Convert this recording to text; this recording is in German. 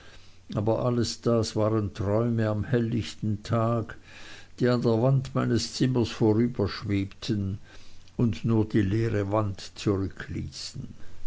aber alles das waren träume am helllichten tag die an der wand meines zimmers vorüberschwebten und nur die leere wand zurückließen